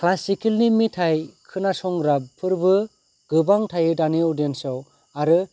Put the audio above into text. क्लासिकेलनि मेथाइ खोनासंग्रा फोरबो गोबां थायो दानि अदियेनसयाव आरो